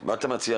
מה אתה מציע?